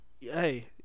Hey